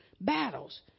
Battles